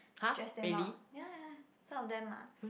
stressed them out ya ya ya some of them are